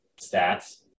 stats